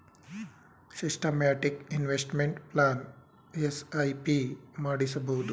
systematic investment plan SIP ಮಾಡಿಸಬಹುದು